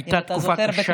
הייתה תקופה קשה.